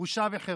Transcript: בושה וחרפה.